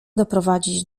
doprowadzić